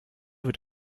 wird